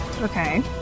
Okay